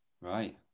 Right